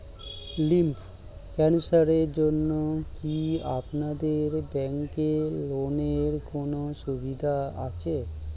Lymph ক্যানসারের জন্য কি আপনাদের ব্যঙ্কে লোনের কোনও সুবিধা আছে?